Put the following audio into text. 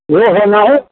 वह होना ही